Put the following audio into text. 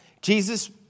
Jesus